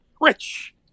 Rich